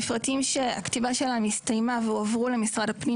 יש שישה מפרטים שהכתיבה שלהם הסתיימה והועברו למשרד הפנים.